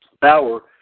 Bauer